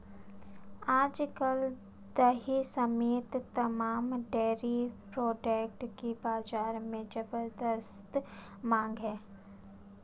आज कल दही समेत तमाम डेरी प्रोडक्ट की बाजार में ज़बरदस्त मांग है